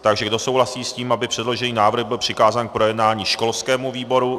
Takže kdo souhlasí s tím, aby předložený návrh byl přikázán k projednání školskému výboru?